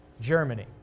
Germany